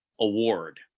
Award